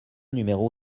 numéro